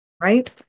right